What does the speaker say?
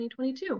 2022